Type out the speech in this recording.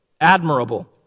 admirable